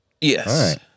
Yes